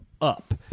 up